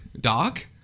Doc